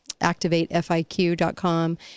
ActivateFIQ.com